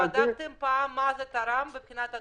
בדקתם פעם מה זה תרם מבחינת הדוחות?